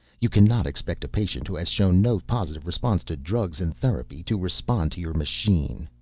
you cannot expect a patient who has shown no positive response to drugs and therapy to respond to your machine.